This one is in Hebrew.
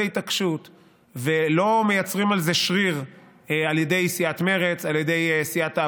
התעקשות ולא מייצרים על זה שריר על ידי סיעת מרצ,